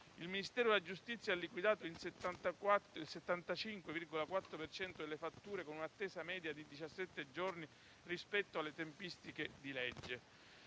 il Ministero della giustizia ha liquidato il 75,4 per cento delle fatture con un'attesa media di 17 giorni rispetto alle tempistiche di legge;